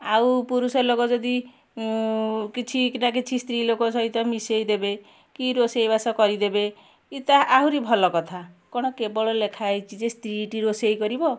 ଆଉ ପୁରୁଷ ଲୋକ ଯଦି କିଛିଟା କିଛି ସ୍ତ୍ରୀ ଲୋକ ସହିତ ମିଶାଇ ଦେବେ କି ରୋଷେଇବାସ କରିଦେବେ କି ତା ଆହୁରି ଭଲ କଥା କ'ଣ କେବଳ ଲେଖାହେଇଛି ଯେ ସ୍ତ୍ରୀଟି ରୋଷେଇ କରିବ